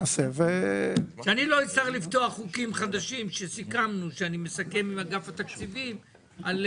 בכותרת הסעיף 49לו2 והמילים 'ועד יום כ"ז בטבת התשפ"ב